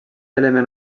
element